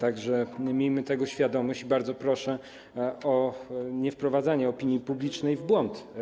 Tak że miejmy tego świadomość i bardzo proszę o niewprowadzanie opinii publicznej w błąd.